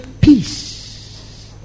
peace